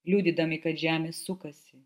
liudydami kad žemė sukasi